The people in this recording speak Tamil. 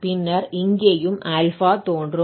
பின்னர் இங்கேயும் α தோன்றும்